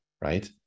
Right